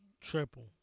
triple